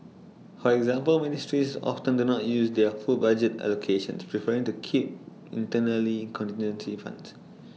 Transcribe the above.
for example ministries often do not use their full budget allocations preferring to keep internally contingency funds